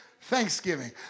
thanksgiving